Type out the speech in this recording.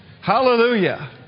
Hallelujah